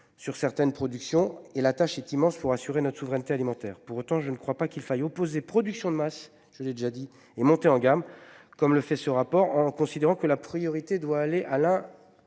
Sur certaines productions et la tâche est immense pour assurer notre souveraineté alimentaire. Pour autant, je ne crois pas qu'il faille opposer production de masse, je l'ai déjà dit et monter en gamme comme le fait ce rapport en considérant que la priorité doit aller à l'un.